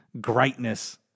Greatness